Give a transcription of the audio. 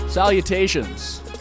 Salutations